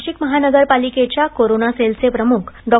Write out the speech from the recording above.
नाशिक महापालिकेच्या कोरोना सेलचे प्रमुख डॉ